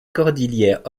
cordillère